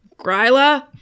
Gryla